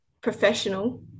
professional